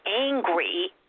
angry